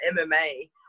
MMA